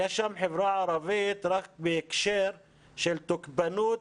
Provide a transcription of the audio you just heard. היה שם חברה ערבית, רק בהקשר של תוקפנות,